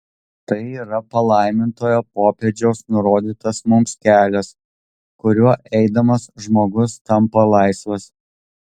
tai yra palaimintojo popiežiaus nurodytas mums kelias kuriuo eidamas žmogus tampa laisvas